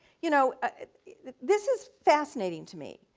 you know ah this is fascinating to me.